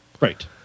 Right